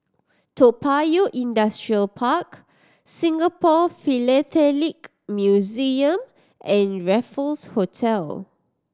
Toa Payoh Industrial Park Singapore Philatelic Museum and Raffles Hotel